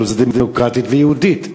אבל זה דמוקרטית ויהודית.